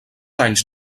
anys